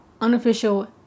unofficial